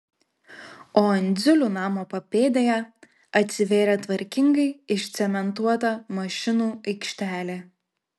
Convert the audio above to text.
o andziulių namo papėdėje atsivėrė tvarkingai išcementuota mašinų aikštelė